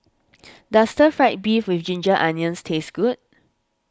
does Stir Fried Beef with Ginger Onions taste good